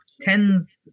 tens